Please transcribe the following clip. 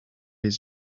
his